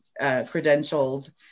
credentialed